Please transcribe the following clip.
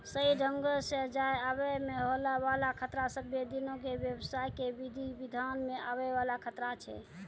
सही ढंगो से जाय आवै मे होय बाला खतरा सभ्भे दिनो के व्यवसाय के विधि विधान मे आवै वाला खतरा छै